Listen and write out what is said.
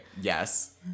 Yes